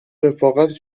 رفاقت